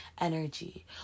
energy